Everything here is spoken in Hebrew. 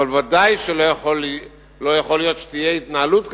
אבל ודאי שלא יכול להיות שתהיה התנהלות כזאת,